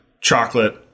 chocolate